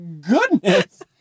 goodness